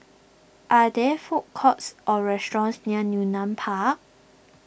are there food courts or restaurants near Yunnan Park